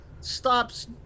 stops